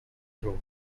grow